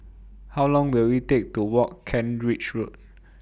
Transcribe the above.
How Long Will IT Take to Walk Kent Ridge Road